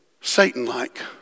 Satan-like